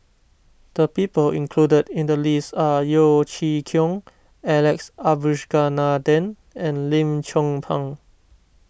the people included in the list are Yeo Chee Kiong Alex Abisheganaden and Lim Chong Pang